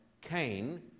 Cain